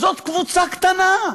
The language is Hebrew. זאת קבוצה קטנה.